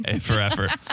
forever